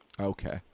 Okay